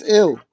ill